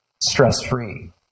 Stress-free